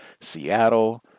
Seattle